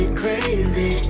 crazy